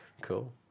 Cool